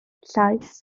llaes